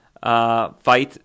fight